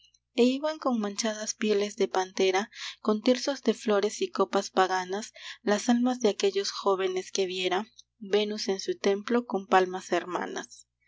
e iban con manchadas pieles de pantera con tirsos de flores y copas paganas las almas de aquellos jóvenes que viera venus en su templo con palmas hermanas